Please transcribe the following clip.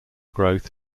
growth